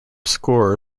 scorer